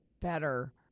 better